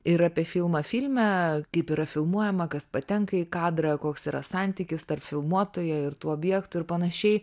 ir apie filmą filme kaip yra filmuojama kas patenka į kadrą koks yra santykis tarp filmuotojo ir tų objektų ir panašiai